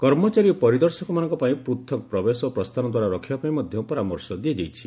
କର୍ମଚାରୀ ଓ ପରିଦର୍ଶକମାନଙ୍କ ପାଇଁ ପୂଥକ୍ ପ୍ରବେଶ ଓ ପ୍ରସ୍ଥାନ ଦ୍ୱାର ରଖିବାପାଇଁ ମଧ୍ୟ ପରାମର୍ଶ ଦିଆଯାଇଛି